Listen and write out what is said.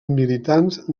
militants